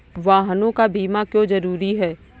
वाहनों का बीमा क्यो जरूरी है?